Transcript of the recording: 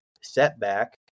setback